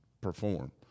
perform